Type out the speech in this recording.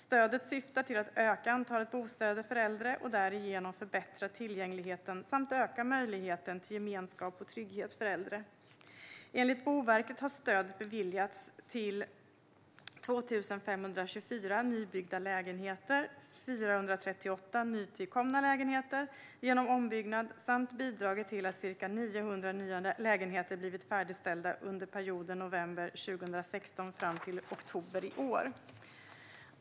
Stödet syftar till att öka antalet bostäder för äldre och därigenom förbättra tillgängligheten samt öka möjligheten till gemenskap och trygghet för äldre. Enligt Boverket har stödet beviljats till 2 524 nybyggda lägenheter och 438 nytillkomna lägenheter genom ombyggnad samt bidragit till att ca 900 nya lägenheter blivit färdigställda under perioden mellan november 2016 och oktober i år.